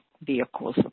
vehicles